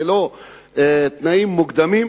זה לא תנאים מוקדמים?